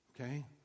Okay